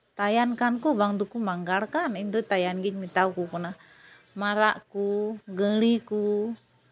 ᱛᱟᱭᱟᱱ ᱠᱟᱱ ᱠᱚ ᱵᱟᱝ ᱫᱚ ᱢᱟᱸᱜᱟᱲ ᱠᱟᱱ ᱤᱧᱫᱚ ᱛᱟᱭᱟᱱ ᱜᱤᱧ ᱢᱮᱛᱟ ᱠᱚ ᱠᱟᱱᱟ ᱢᱟᱨᱟᱜ ᱠᱚ ᱜᱟᱹᱲᱤ ᱠᱚ